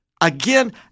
again